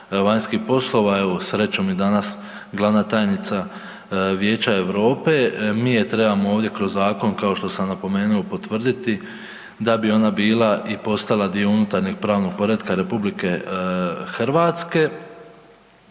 vanjskih poslova, evo srećom i danas glavna tajnica Vijeća Europe, mi je trebamo ovdje kroz zakon, kao što sam napomenuo, potvrditi da bi ona bila i postala dio unutarnjeg pravnog poretka RH. Što se